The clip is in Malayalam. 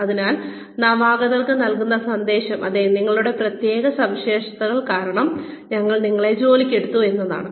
അതിനാൽ നവാഗതന് നൽകുന്ന സന്ദേശം അതെ നിങ്ങളുടെ പ്രത്യേക സവിശേഷതകൾ കാരണം ഞങ്ങൾ നിങ്ങളെ ജോലിക്കെടുത്തു എന്നതാണ്